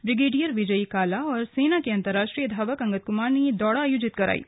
brigadier Vijayi Kala और सेना के अंतर्राष्ट्रीय धावक अंगद कुमार ने ये दौड़ आयोजित करायी